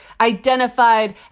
identified